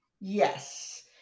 Yes